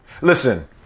Listen